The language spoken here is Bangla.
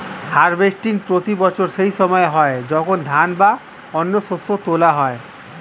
হার্ভেস্টিং প্রতি বছর সেই সময় হয় যখন ধান বা অন্য শস্য তোলা হয়